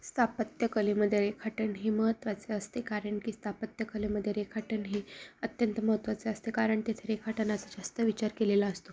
स्थापत्यकलेमध्ये रेखाटन हे महत्त्वाचं असते कारण की स्थापत्यकलेमध्ये रेखाटन हे अत्यंत महत्त्वाचे असते कारण तिथे रेखाटनाचा जास्त विचार केलेला असतो